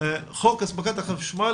חוק הספקת החשמל,